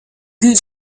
good